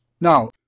Now